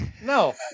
No